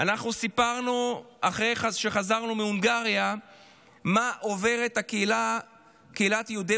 אחרי שחזרנו מהונגריה סיפרנו מה עוברת קהילת יהודי